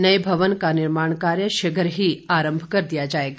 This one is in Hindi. नए भवन का निर्माण कार्य शीघ्र ही आरंभ कर दिया जाएगा